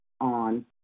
on